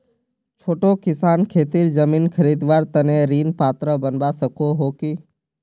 छोटो किसान खेतीर जमीन खरीदवार तने ऋण पात्र बनवा सको हो कि?